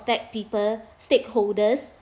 affect people stakeholders